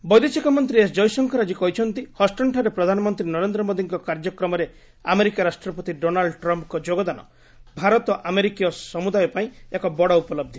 ଜୟଶଙ୍କର ବୈଦେଶିକ ମନ୍ତ୍ରୀ ଏସ୍ ଜୟଶଙ୍କର ଆଜି କହିଛନ୍ତି ହଷ୍ଟନ୍ଠାରେ ପ୍ରଧାନମନ୍ତ୍ରୀ ନରେନ୍ଦ୍ର ମୋଦୀଙ୍କ କାର୍ଯ୍ୟକ୍ରମରେ ଆମେରିକା ରାଷ୍ଟ୍ରପତି ଡୋନାଲ୍ଚ ଟ୍ରମ୍ଫ୍ଙ୍କ ଯୋଗଦାନ ଭାରତ ଆମେରିକୀୟ ସମୁଦାୟ ପାଇଁ ଏକ ବଡ଼ ଉପଲହି